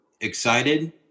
excited